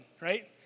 right